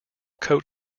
coat